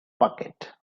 bucket